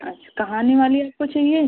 अच्छा कहानी वाली आपको चाहिए